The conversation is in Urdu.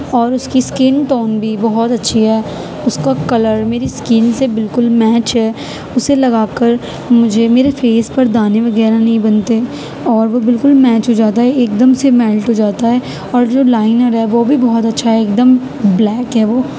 اور اس کی اسکن ٹون بھی بہت اچھی ہے اس کا کلر میری اسکن سے بالکل میچ ہے اسے لگا کر مجھے میرے فیس پر دانے وغیرہ نہیں بنتے اور وہ بالکل میچ ہو جاتا ہے ایک دم سے میلٹ ہو جاتا ہے اور جو لائنر ہے وہ بھی بہت اچھا ہے ایک دم بلیک ہے وہ